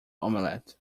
omelette